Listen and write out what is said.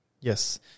Yes